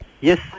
Yes